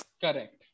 Correct